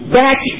back